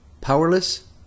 Powerless